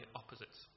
opposites